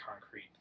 concrete